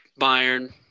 Bayern